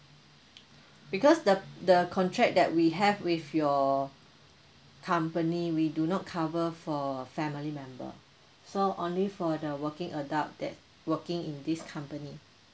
because the the contract that we have with your company we do not cover for family member so only for the working adult that working in this company